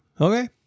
Okay